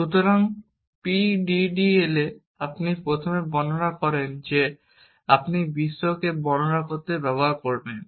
সুতরাং PDDL এ আপনি প্রথমে বর্ণনা করেন যে আপনি বিশ্বকে বর্ণনা করতে ব্যবহার করবেন